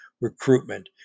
recruitment